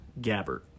Gabbert